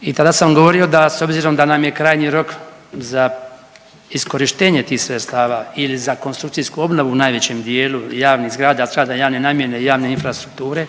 i tada sam govorio da s obzirom da nam je krajnji rok za iskorištenje tih sredstava ili za konstrukcijsku obnovu, u najvećem dijelu javnih zgrada, zgrada javne namjene i javne infrastrukture,